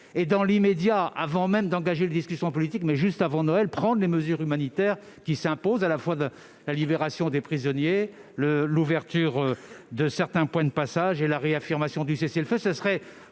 avant Noël, avant même d'engager des discussions politiques, prendre les mesures humanitaires qui s'imposent : à la fois la libération des prisonniers, l'ouverture de certains points de passage et la réaffirmation du cessez-le-feu. Ce serait